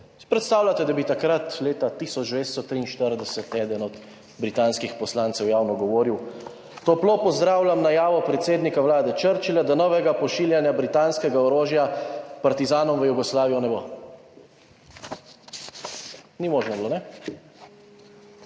predstavljate, da bi takrat leta 1943 eden od britanskih poslancev javno govoril, toplo pozdravljam najavo predsednika Vlade Churchilla, da novega pošiljanja britanskega orožja partizanom v Jugoslavijo ne bo. Ni možno bilo, ne?